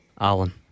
Alan